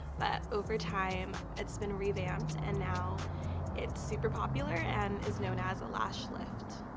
but over time it's been revamped and now it's super popular and is known as a lash lift.